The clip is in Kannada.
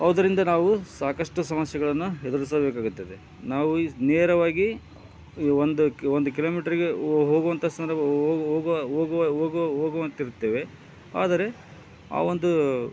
ಅದ್ರಿಂದ ನಾವು ಸಾಕಷ್ಟು ಸಮಸ್ಯೆಗಳನ್ನು ಎದುರಿಸಬೇಕಾಗುತ್ತದೆ ನಾವು ನೇರವಾಗಿ ಒಂದು ಒಂದು ಕಿಲೋಮೀಟರ್ಗೆ ಹೋಗುವಂಥ ಸಂದರ್ಭ ಹೋಗ್ ಹೋಗುವ ಹೋಗುವ ಹೋಗುವ ಹೋಗುವ ಅಂತಿರ್ತೇವೆ ಆದರೆ ಆ ಒಂದು